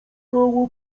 koło